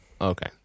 okay